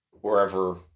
wherever